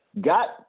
got